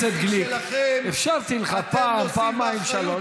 חבר הכנסת גליק, אפשרתי לך פעם, פעמיים, שלוש.